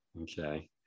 Okay